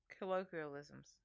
Colloquialisms